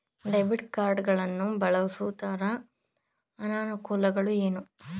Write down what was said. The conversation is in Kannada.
ಡೆಬಿಟ್ ಕಾರ್ಡ್ ಗಳನ್ನು ಬಳಸುವುದರ ಅನಾನುಕೂಲಗಳು ಏನು?